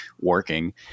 working